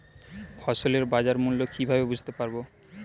ফসলের বাজার মূল্য কিভাবে বুঝতে পারব?